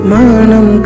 Manam